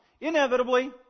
inevitably